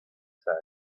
said